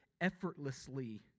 effortlessly